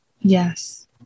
Yes